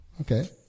Okay